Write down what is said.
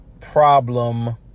problem